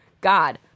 God